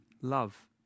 love